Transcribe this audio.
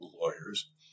lawyers